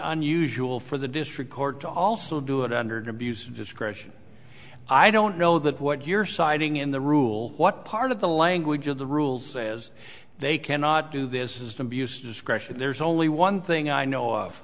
unusual for the district court to also do it under to be used discretion i don't know that what you're citing in the rule what part of the language of the rules as they cannot do this is to be use discretion there's only one thing i know of